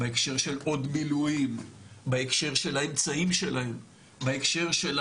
בהקשר של עוד מילואים, בהקשר של